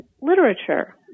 literature